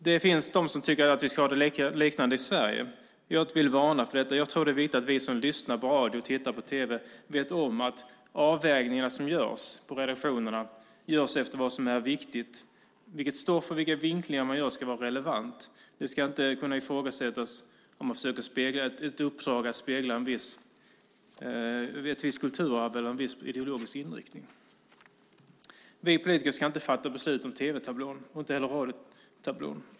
Det finns de som tycker att vi ska ha något liknande i Sverige. Jag vill varna för det. Jag tror att det är viktigt att vi som lyssnar på radio och tittar på tv vet om att de avvägningar som görs på redaktioner sker efter vad som är viktigt. Vilket stoff som finns med och vilka vinklingar som görs ska vara relevanta. Det ska inte kunna ifrågasättas om ett uppdrag speglar ett visst kulturarv eller en viss ideologisk inriktning. Vi politiker ska inte fatta beslut om tv-tablån och inte heller radiotablån.